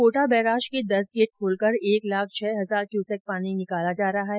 Kota barrage के दस gate खोलकर एक लाख छह हजार क्यूसेक पानी निकाला जा रहा है